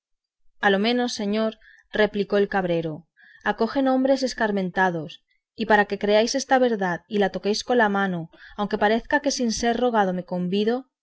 a lo menos señor replicó el cabrero acogen hombres escarmentados y para que creáis esta verdad y la toquéis con la mano aunque parezca que sin ser rogado me convido